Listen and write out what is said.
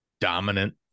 dominant